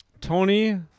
Tony